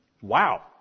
Wow